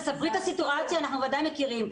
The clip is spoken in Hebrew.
תספרי את הסיטואציה, אנחנו ודאי מכירים.